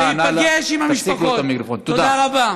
תודה.